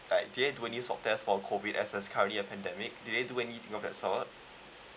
like did they do any swab test for COVID as uh currently are pandemic did they do anything of that sort